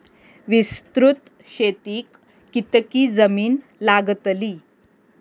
विस्तृत शेतीक कितकी जमीन लागतली?